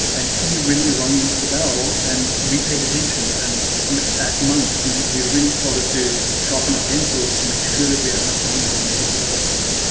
and he really rang the bell and we paid attention. and that that month, we we really started to sharpen our pencils to make sure that we had enough runway to make it to the other side.